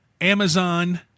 amazon